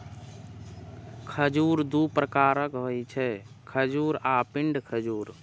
खजूर दू प्रकारक होइ छै, खजूर आ पिंड खजूर